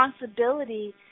responsibility